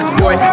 boy